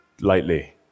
lightly